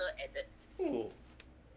oh